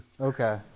Okay